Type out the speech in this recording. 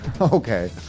Okay